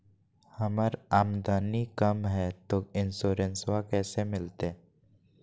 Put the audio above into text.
हमर आमदनी कम हय, तो इंसोरेंसबा कैसे मिलते?